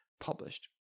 published